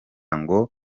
ngo